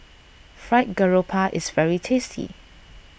Fried Garoupa is very tasty